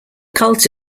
cult